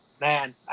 Man